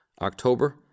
October